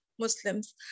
Muslims